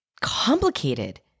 complicated